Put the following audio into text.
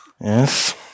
Yes